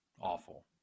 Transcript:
awful